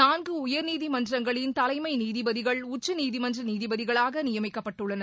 நான்கு உயர்நீதிமன்றங்களின் தலைமை நீதிபதிகள் உச்சநீதிமன்ற நீதிபதிகளாக நியமிக்கப்பட்டுள்ளனர்